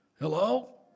Hello